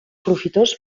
profitós